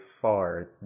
far